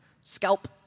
scalp